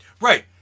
Right